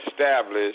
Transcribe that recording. Established